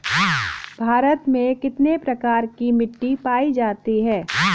भारत में कितने प्रकार की मिट्टी पाई जाती है?